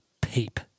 peep